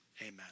amen